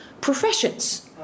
professions